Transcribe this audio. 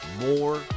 More